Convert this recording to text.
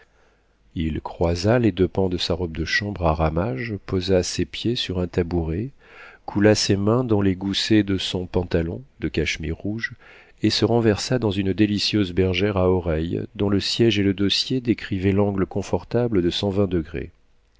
il croisa les deux pans de sa robe de chambre à ramages posa ses pieds sur un tabouret coula ses mains dans les goussets de son pantalon de cachemire rouge et se renversa dans une délicieuse bergère à oreilles dont le siége et le dossier décrivaient l'angle confortable de